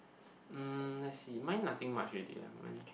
um let see mine nothing much already eh mine